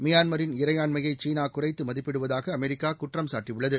மியான்மரின் இறையாண்மையை சீனா குறைத்து மதிப்பிடுவதாக அமெரிக்கா குற்றம் சாட்டியுள்ளது